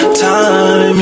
time